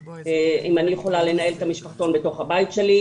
אם אני יכולה לנהל את המשפחתון בתוך הבית שלי,